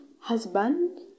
husband